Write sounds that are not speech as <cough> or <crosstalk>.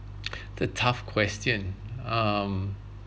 <noise> the tough question um